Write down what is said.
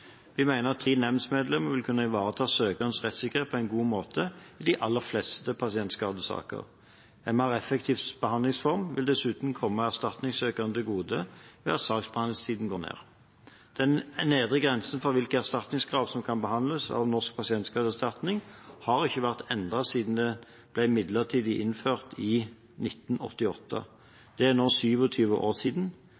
Vi mener at tre nemndmedlemmer vil kunne ivareta søkernes rettssikkerhet på en god måte, i de aller fleste pasientskadesaker. En mer effektiv behandlingsform vil dessuten komme erstatningssøkerne til gode ved at saksbehandlingstiden går ned. Den nedre grensen for hvilke erstatningskrav som skal behandles av Norsk pasientskadeerstatning, har ikke vært endret siden den midlertidig ble innført i 1988. Det er 27 år siden.